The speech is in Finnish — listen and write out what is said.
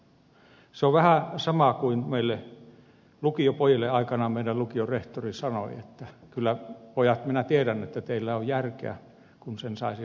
se on vähän sama kuin silloin kun meille lukiopoikina aikanaan meidän lukiomme rehtori sanoi että kyllä pojat minä tiedän että teillä on järkeä kun sen saisi vaan juoksemaan